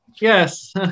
Yes